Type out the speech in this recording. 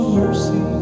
mercy